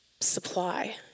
supply